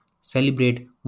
celebrate